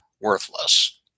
worthless